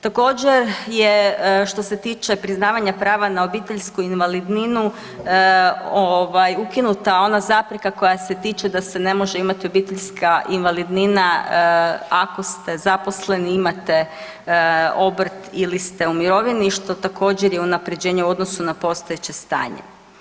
Također je što se tiče priznavanja prava na obiteljsku invalidninu ovaj ukinuta ona zapreka koja se tiče da se ne može imati obiteljska invalidnina ako ste zaposleni, imate obrt ili ste u mirovini što također je unapređenje u odnosu na postojeće stanje.